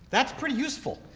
that's pretty useful,